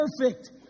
perfect